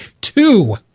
two